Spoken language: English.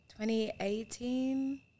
2018 –